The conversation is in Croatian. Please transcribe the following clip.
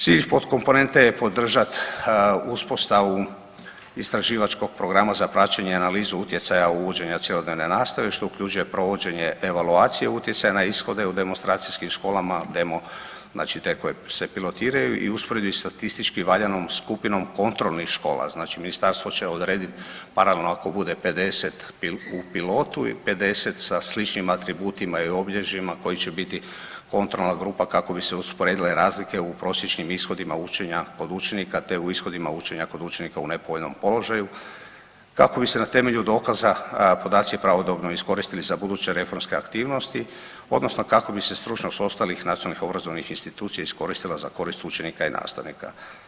Cilj potkomponente je podržat uspostavu istraživačkog programa za praćenje i analizu utjecaja uvođenja cjelodnevne nastave, što uključuje provođenje evaluacije utjecaja na ishode u demonstracijskim školama, demo znači te koje se pilotiraju i u usporedbi sa statistički valjanom skupinom kontrolnih škola, znači ministarstvo će odredit paralelno ako bude 50 u pilotu i 50 sa sličnim atributima i obilježjima koji će biti kontrolna grupa kako bi se usporedile razlike u prosječnim ishodima učenja kod učenika, te u ishodima učenja kod učenika u nepovoljnom položaju kako bi se na temelju dokaza podaci pravodobno iskoristili za buduće reformske aktivnosti odnosno kako bi se stručnost ostalih nacionalnih i obrazovnih institucija iskoristila za korist učenika i nastavnika.